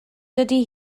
dydy